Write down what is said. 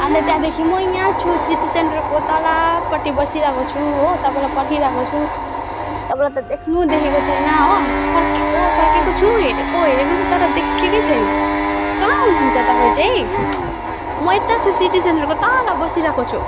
अन्त त्यहाँदेखि म यहाँ छु सिटी सेन्टरको तलपटि बसिरहेको छु हो तपाईँलाई पर्खिरहेको छु तपाईँलाई त देख्नु देखेको छैन हो फर्किएको फर्किएको छु हेरेको हेरेको छु तर देखेकै छुइनँ कहाँ हुनुहुन्छ तपाईँ चाहिँ म यता छु सिटी सेन्टरको तल बसिरहेको छु